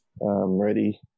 ready